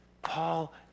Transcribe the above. Paul